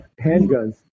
handguns